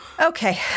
Okay